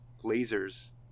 lasers